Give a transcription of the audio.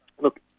look